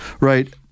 Right